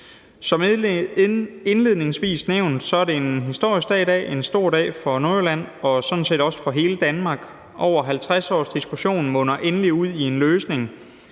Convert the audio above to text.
Som indledningsvis nævnt er det en historisk dag i dag. Det er en stor dag for Nordjylland og sådan set også for hele Danmark. Over 50 års diskussion munder endelig ud i en løsning